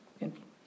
influence